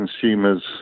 consumers